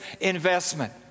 investment